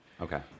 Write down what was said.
Okay